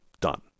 Done